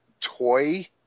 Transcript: toy